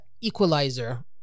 equalizer